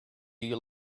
you